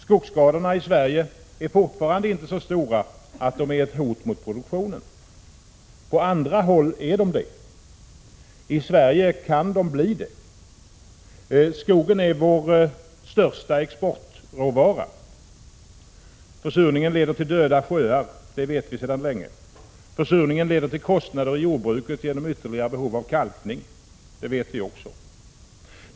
Skogsskadorna i Sverige är fortfarande inte så stora att de är ett hot mot produktionen. På andra håll är de det. I Sverige kan de bli det. Skogen är vår största exportråvara. Försurningen leder till döda sjöar. Det vet vi sedan länge. Försurningen leder till kostnader i jordbruket genom ytterligare behov av kalkning. Det vet vi också.